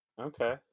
Okay